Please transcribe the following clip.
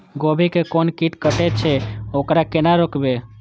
गोभी के कोन कीट कटे छे वकरा केना रोकबे?